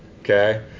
okay